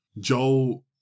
Joel